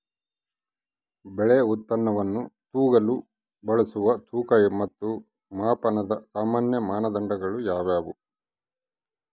ಬೆಳೆ ಉತ್ಪನ್ನವನ್ನು ತೂಗಲು ಬಳಸುವ ತೂಕ ಮತ್ತು ಮಾಪನದ ಸಾಮಾನ್ಯ ಮಾನದಂಡಗಳು ಯಾವುವು?